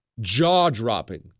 jaw-dropping